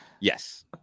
Yes